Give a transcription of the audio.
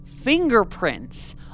fingerprints